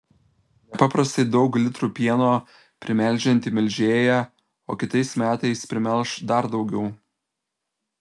nepaprastai daug litrų pieno primelžianti melžėja o kitais metais primelš dar daugiau